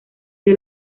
dio